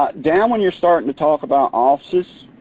ah down when you're starting to talk about offices,